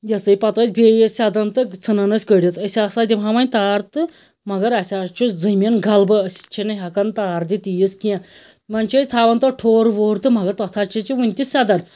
یہِ ہَسا یہِ پَتہٕ ٲسۍ بیٚیہِ سیٚدان تہٕ ژھٕنان ٲسۍ کٔڈِتھ أسۍ ہَسا دِمہاو وۅنۍ تار تہٕ مگر اَسہِ حظ چھُ زمیٖن گلبہٕ أسۍ چھِ نہٕ ہیٚکان تار دِتھ ییٖژ کیٚنٛہہ وۅنۍ چھِ أسۍ تھاوان تتھ ٹھوٚر ووٚر تہٕ مگر تتھ ہَسا چھِِ وُنہِ تہِ سیٚدان